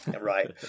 Right